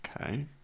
okay